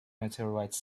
meteorites